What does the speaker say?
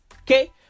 Okay